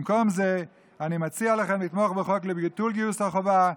במקום זה אני מציע לכם לתמוך בחוק לביטול גיוס החובה,